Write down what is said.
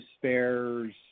spares